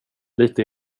lite